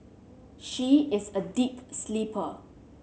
she is a deep sleeper